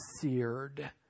seared